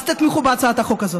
אז תתמכו בהצעת החוק הזאת.